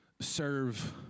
serve